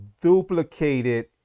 duplicated